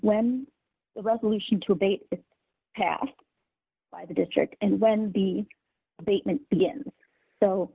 when the resolution to be passed by the district and when the basement begins so